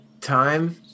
time